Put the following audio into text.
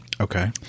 Okay